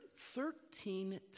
Thirteen